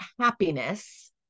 happiness